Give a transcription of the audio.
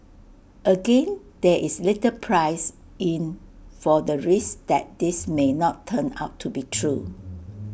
again there is little priced in for the risk that this may not turn out to be true